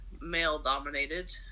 male-dominated